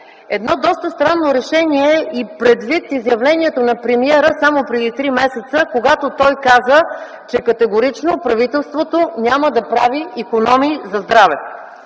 Едно доста странно решение и предвид изявлението на премиера само преди три месеца, когато каза, че категорично правителството няма да прави икономии за здраве.